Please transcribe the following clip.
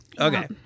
Okay